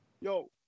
Yo